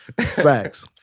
Facts